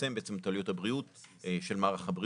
נצמצם בעצם את עלויות הבריאות של מערך הבריאות.